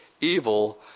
evil